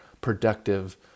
productive